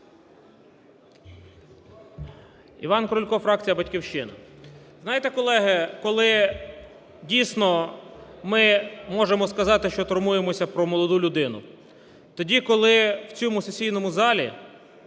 Іван Крулько, фракція "Батьківщина". Знаєте, колеги, коли, дійсно, ми можемо сказати, що турбуємося про молоду людину? Тоді, коли в цьому сесійному залі